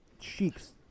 cheeks